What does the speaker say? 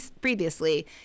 previously